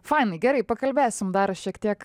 faniai gerai pakalbėsim dar šiek tiek